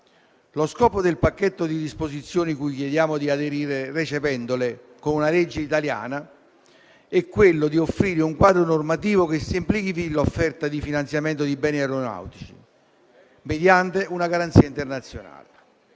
Lo scopo del pacchetto di disposizioni cui chiediamo di aderire, recependole con una legge italiana, è offrire un quadro normativo che semplifichi l'offerta di finanziamento di beni aeronautici mediante una garanzia internazionale.